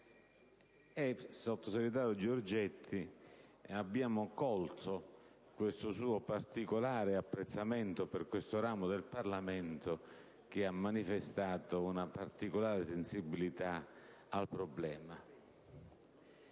Sottosegretario Giorgetti, abbiamo colto il suo particolare apprezzamento per questo ramo del Parlamento, che ha manifestato una spiccata sensibilità al problema.